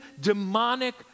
demonic